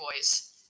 boys